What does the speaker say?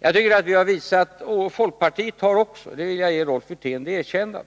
Jag vill ge Rolf Wirtén det erkännandet att folkpartiet